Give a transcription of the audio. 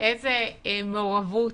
איזו מעורבות,